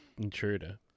Intruder